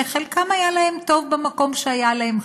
שחלקם היה להם טוב במקום שהיה להם,